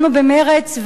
לנו במרצ,